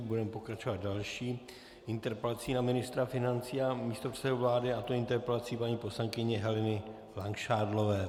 Budeme pokračovat další interpelací na ministra financí a místopředsedu vlády, a to interpelací paní poslankyně Heleny Langšádlové.